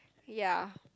ya